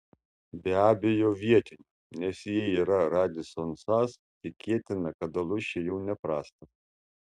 be abejo vietinio nes jei yra radisson sas tikėtina kad alus čia jau neprastas